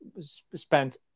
spent